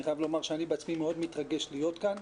אני חייב לומר שאני בעצמי מאוד מתרגש להיות כאן,